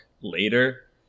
later